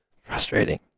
Frustrating